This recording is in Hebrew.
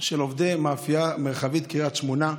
של עובדי מאפייה מרחבית קריית שמונה,